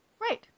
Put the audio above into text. Right